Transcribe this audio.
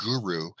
guru